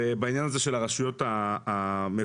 ובעניין הזה של הרשויות המקומיות.